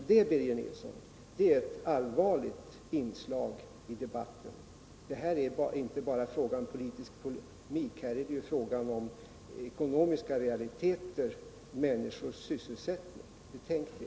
Det, Birger Nilsson, är ett allvarligt inslag i debatten. Här är det inte bara fråga om politisk polemik, här är det fråga om ekonomiska realiteter och människors sysselsättning. Betänk det!